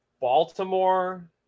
Baltimore